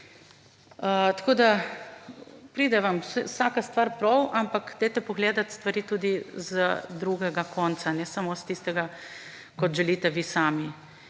Pride vam vsaka stvar prav, ampak poglejte stvari tudi z drugega konca, ne samo s tistega, kot želite vi sami.